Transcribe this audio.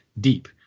deep